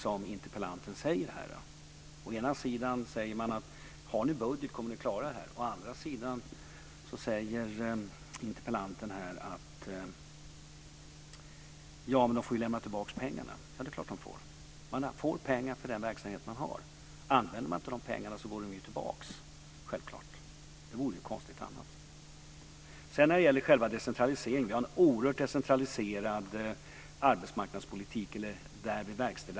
Å ena sidan säger interpellanten att har ni budget kommer ni att klara detta. Å andra sidan säger interpellanten att de får lämna tillbaka pengarna. Ja, det är klart att de får. Man får pengar för den verksamhet man har. Använder man inte de pengarna går de självklart tillbaka. Det vore väl konstigt annars. Vi har en oerhört decentraliserad arbetsmarknadspolitik.